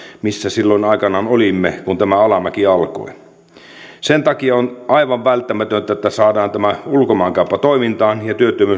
missä silloin aikanaan olimme kun tämä alamäki alkoi sen takia on aivan välttämätöntä että saadaan tämä ulkomaankauppa toimintaan ja